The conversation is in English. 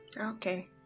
Okay